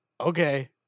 okay